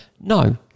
No